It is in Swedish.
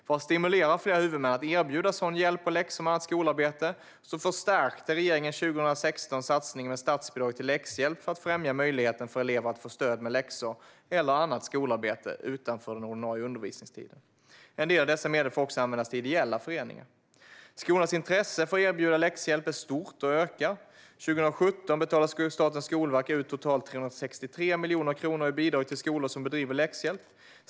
För att stimulera fler huvudmän att erbjuda sådan hjälp med läxor eller annat skolarbete förstärkte regeringen 2016 satsningen med statsbidrag till läxhjälp för att främja möjligheten för elever att få stöd med läxor eller annat skolarbete utanför den ordinarie undervisningstiden. En del av dessa medel får också användas till ideella föreningar. Skolornas intresse för att erbjuda läxhjälp är stort och ökar. År 2017 betalade Statens skolverk ut totalt 363 miljoner kronor i bidrag till skolor som bedriver läxhjälp.